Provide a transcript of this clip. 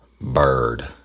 Bird